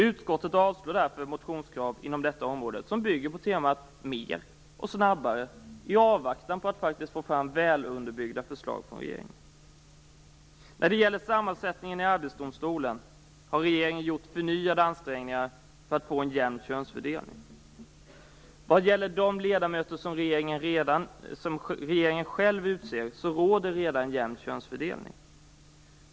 Utskottet avstyrker därför motionskrav inom detta område som bygger på temat mer och snabbare; detta faktiskt i avvaktan på att vi får fram väl underbyggda förslag från regeringen. När det gäller sammansättningen i Arbetsdomstolen har regeringen gjort förnyade ansträngningar för att få en jämn könsfördelning. Vad gäller de ledamöter som regeringen själv utser råder det redan en jämn könsfördelning.